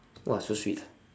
!wah! so sweet ah